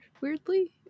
weirdly